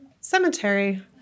cemetery